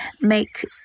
make